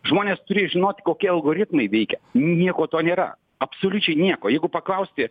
žmonės turi žinot kokie algoritmai veikia nieko to nėra absoliučiai nieko jeigu paklausti